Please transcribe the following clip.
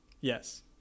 Yes